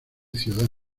ciudad